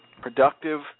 productive